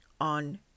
on